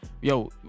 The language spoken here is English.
yo